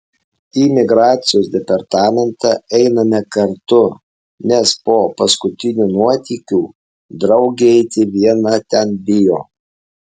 į migracijos departamentą einame kartu nes po paskutinių nuotykių draugė eiti viena ten bijo